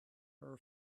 her